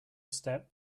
step